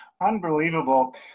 Unbelievable